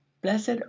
Blessed